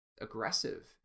aggressive